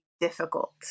difficult